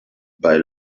bei